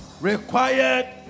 required